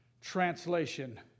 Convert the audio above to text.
translation